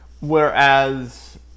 whereas